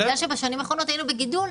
בגלל שבשנים האחרונות היינו בגידול,